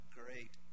great